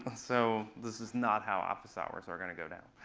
so this is not how office hours are going to go down.